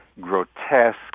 grotesque